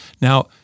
Now—